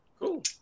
Cool